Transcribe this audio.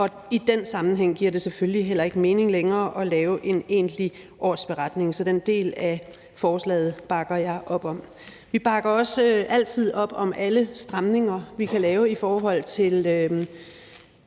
I den sammenhæng giver det selvfølgelig heller ikke mening længere at lave en egentlig årsberetning, så den del af forslaget bakker jeg op om. Vi bakker også altid op om alle stramninger, vi kan lave, i forhold til